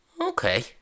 Okay